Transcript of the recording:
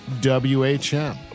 whm